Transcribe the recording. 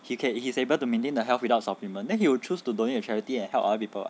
he can he is able to maintain the health without supplement then he will choose to donate to charity and help other people [what]